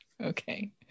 Okay